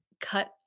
cut